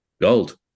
Gold